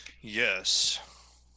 Yes